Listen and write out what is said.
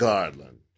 Garland